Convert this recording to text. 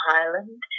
island